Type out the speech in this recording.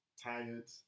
Tired